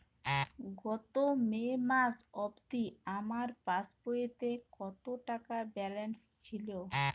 গত মে মাস অবধি আমার পাসবইতে কত টাকা ব্যালেন্স ছিল?